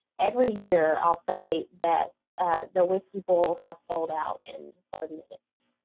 every year i'll say that the whiskey will have sold out in thirty minutes.